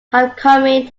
homecoming